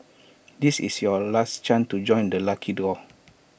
this is your last chance to join the lucky draw